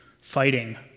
fighting